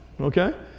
okay